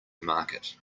market